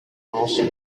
also